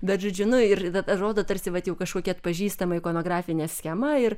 bet žodžiu nu ir atrodo tarsi vat jau kažkokia atpažįstama ikonografinė schema ir